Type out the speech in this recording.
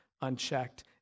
unchecked